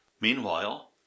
meanwhile